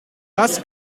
das